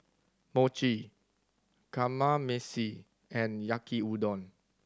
Mochi Kamameshi and Yaki Udon